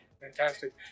fantastic